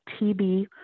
TB